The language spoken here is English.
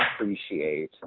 appreciate